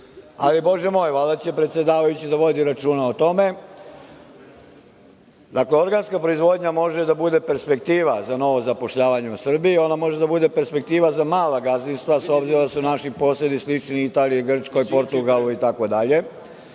ali bože moj, valjda će predsedavajući da vodi računa o tome. Dakle, organska proizvodnja može da bude perspektiva za novo zapošljavanje u Srbiji. Ono može da bude perspektiva za mala gazdinstva s obzirom da su naši posedi slični Italiji, Grčkoj, Portugalu itd.